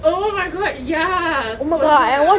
oh my god ya கொஞ்சம்:konjam lah